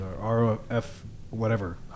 R-O-F-whatever